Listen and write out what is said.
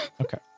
Okay